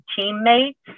teammates